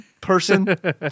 person